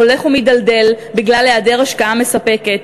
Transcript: הולך ומידלדל בגלל היעדר השקעה מספקת,